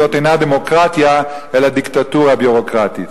זאת אינה דמוקרטיה אלא דיקטטורה ביורוקרטית.